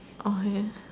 okay